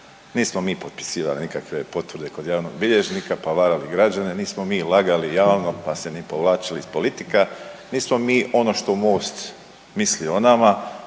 Nismo mi potpisivali nikakve potvrde kod javnog bilježnika, pa varat građane, nismo mi lagali javno, pa se ni povlačili iz politika, nismo mi ono što Most misli o nama,